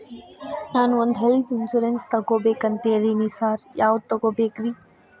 ನಾನ್ ಒಂದ್ health insurance ತಗಬೇಕಂತಿದೇನಿ sir ಯಾವದ ತಗಬೇಕ್ರಿ?